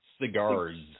Cigars